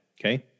Okay